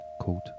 called